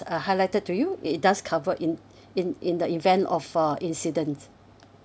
uh highlighted to you it it does cover in in in the event of uh incidents